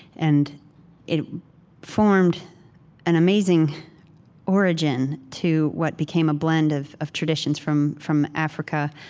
and it formed an amazing origin to what became a blend of of traditions from from africa,